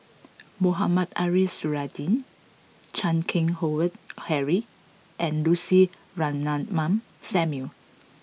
Mohamed Ariff Suradi Chan Keng Howe Harry and Lucy Ratnammah Samuel